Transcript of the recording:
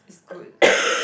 good